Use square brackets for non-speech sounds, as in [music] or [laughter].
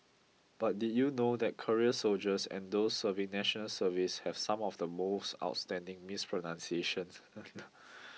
but did you know that career soldiers and those serving National Service have some of the most outstanding mispronunciations [noise]